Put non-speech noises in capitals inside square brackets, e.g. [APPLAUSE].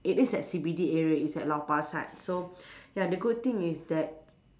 it is at C_B_D area it's at Lau-Pa-Sat so [BREATH] ya the good thing is that